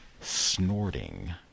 snorting